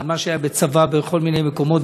על מה שהיה בצבא בכל מיני מקומות,